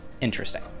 interesting